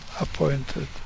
appointed